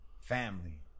Family